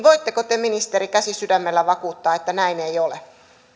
voitteko te ministeri käsi sydämellä vakuuttaa että näin ei ole